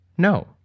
No